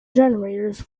generators